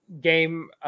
game